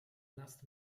last